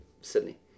Sydney